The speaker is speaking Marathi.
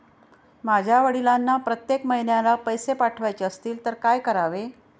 माझ्या वडिलांना प्रत्येक महिन्याला पैसे पाठवायचे असतील तर काय करावे?